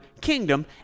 kingdom